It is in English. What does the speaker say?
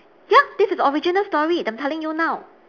ya this is original story that I'm telling you now